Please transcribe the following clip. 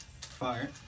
Fire